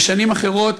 לשנים אחרות,